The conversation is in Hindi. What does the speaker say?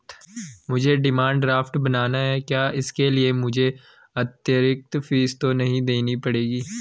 मुझे डिमांड ड्राफ्ट बनाना है क्या इसके लिए मुझे अतिरिक्त फीस तो नहीं देनी पड़ेगी?